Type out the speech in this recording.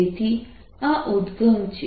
તેથી આ ઉદ્દગમ છે